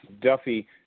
Duffy